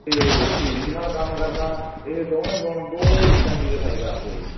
ਅਤੇ ਧੀਰਜ ਨਾਲ ਕੰਮ ਕਰਨਾ ਇਹ ਦੋਵੇਂ ਗੁਣ ਬਹੁਤ ਚੰਗੀ ਲਿਖਾਈ ਕਰਦੇ ਆ ਜੀ